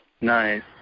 Nice